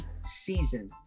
season